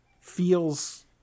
feels